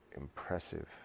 impressive